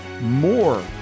More